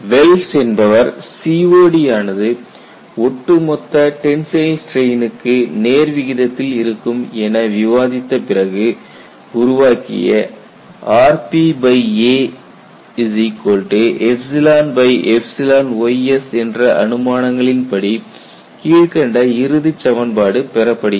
Wells என்பவர் COD ஆனது ஒட்டுமொத்த டென்சைல் ஸ்டிரெயினுக்கு நேர்விகிதத்தில் இருக்கும் என விவாதித்த பிறகு உருவாக்கிய rpays என்ற அனுமானங்களின் படி கீழ்க்கண்ட இறுதி சமன்பாடு பெறப்படுகிறது